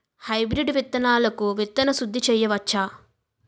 Hybrid విత్తనాలకు విత్తన శుద్ది చేయవచ్చ?